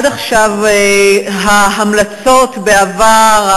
עד עכשיו ההמלצות בעבר,